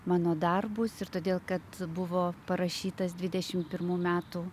mano darbus ir todėl kad buvo parašytas dvidešimt pirmų metų